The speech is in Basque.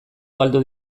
galdu